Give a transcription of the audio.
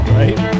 right